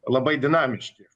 labai dinamiški